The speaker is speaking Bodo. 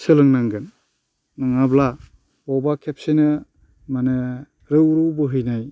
सोलोंनांगोन नङाब्ला बबावबा खेबसेनो माने रौ रौ बोहैनाय